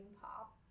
pop